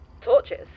Torches